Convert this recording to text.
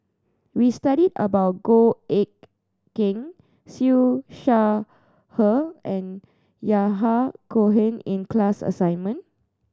we studied about Goh Eck Kheng Siew Shaw Her and Yahya Cohen in class assignment